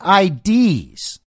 IDs